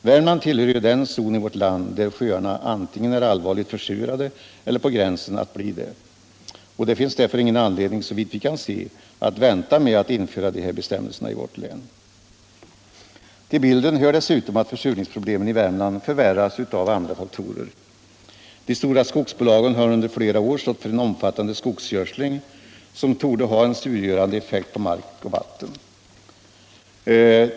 Värmland tillhör den zon i vårt land där sjöarna antingen är allvarligt försurade eller på gränsen att bli det. Det finns därför ingen anledning, såvitt vi kan se, att vänta med att införa de här bestämmelserna i vårt län. Till bilden hör dessutom att försurningsproblemen i Värmland förvärras av andra faktorer. De stora skogsbolagen har under flera år stått för en omfattande skogsgödsling, som torde ha en surgörande effekt på mark och vatten.